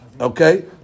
Okay